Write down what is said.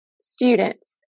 students